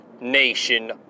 Nation